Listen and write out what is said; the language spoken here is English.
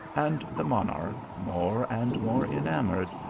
and the monarch, more and more enamoured,